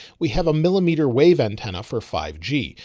we have a millimeter wave antenna for five g.